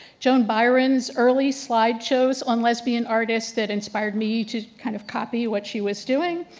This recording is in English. joan byron's early slide shows on lesbian artist that inspired me to, kind of, copy what she was doing,